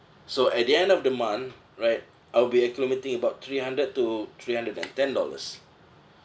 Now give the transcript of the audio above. so at the end of the month right I'll be accumulating about three hundred to three hundred and ten dollars